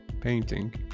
painting